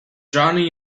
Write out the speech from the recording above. drowning